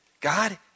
God